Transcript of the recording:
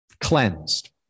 cleansed